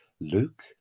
Luke